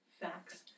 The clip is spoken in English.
Facts